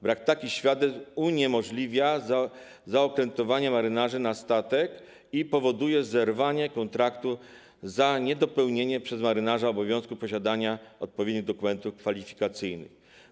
Brak takich świadectw uniemożliwia zaokrętowanie marynarzy na statek i powoduje zerwanie kontraktu za niedopełnienie przez marynarza obowiązku posiadania odpowiednich dokumentów kwalifikacyjnych.